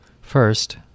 First